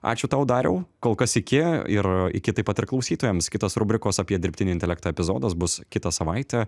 ačiū tau dariau kol kas iki ir iki taip pat ir klausytojams kitas rubrikos apie dirbtinį intelektą epizodas bus kitą savaitę